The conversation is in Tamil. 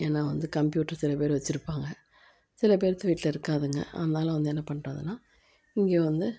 ஏன்னா வந்து கம்பியூட்ரு சில பேர் வச்சுருப்பாங்க சில பேர் வீட்டில் இருக்காதுங்க அதனால் வந்து என்ன பண்ணுறதுன்னா இங்கே வந்து